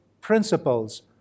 principles